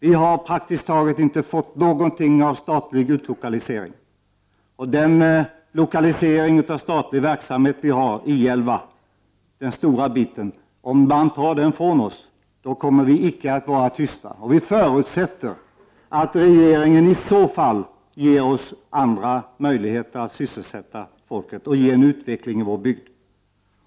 Vi har praktiskt taget inte fått någonting av statlig utlokalisering, och om man tar ifrån oss den stora biten av den statliga verksamhet som vi har, I 11, kommer vi icke att vara tysta. Vi förutsätter att regeringen i så fall ger oss andra möjligheter till sysselsättning och till utveckling av vår bygd.